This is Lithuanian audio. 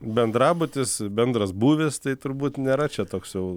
bendrabutis bendras būvis tai turbūt nėra čia toks jau